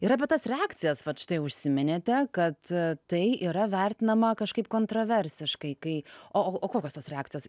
ir apie tas reakcijas vat štai užsiminėte kad tai yra vertinama kažkaip kontroversiškai kai o o kokios tos reakcijos